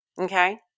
okay